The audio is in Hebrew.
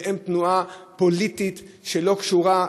והם תנועה פוליטית שלא קשורה,